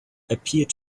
appeared